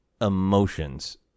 emotions